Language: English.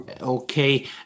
Okay